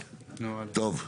טוב.